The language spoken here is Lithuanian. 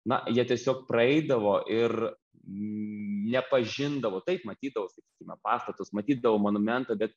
na jie tiesiog praeidavo ir nepažindavo taip matydavo sakysime pastatus matydavo monumentą bet